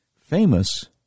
famous